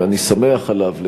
ואני שמח עליו,